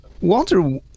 Walter